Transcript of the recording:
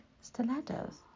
stilettos